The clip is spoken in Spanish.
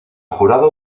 jurado